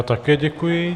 Také děkuji.